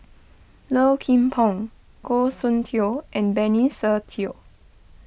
Low Kim Pong Goh Soon Tioe and Benny Se Teo